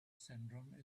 syndrome